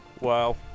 Wow